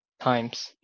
times